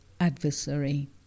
adversary